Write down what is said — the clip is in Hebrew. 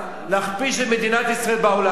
להכפיש את מדינת ישראל בעולם.